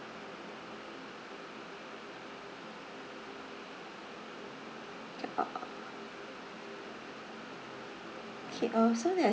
uh okay uh so there's